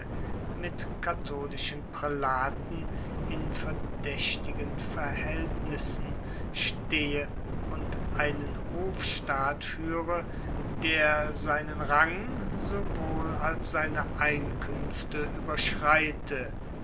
mit katholischen prälaten in verdächtigen verhältnissen stehe und einen hofstaat führe der seinen rang sowohl als seine einkünfte überschreite